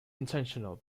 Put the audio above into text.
intentional